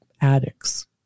addicts